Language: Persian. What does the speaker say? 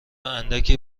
اندکی